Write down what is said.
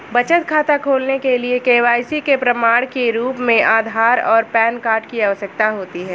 बचत खाता खोलने के लिए के.वाई.सी के प्रमाण के रूप में आधार और पैन कार्ड की आवश्यकता होती है